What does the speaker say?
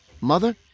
Mother